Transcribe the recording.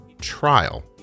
trial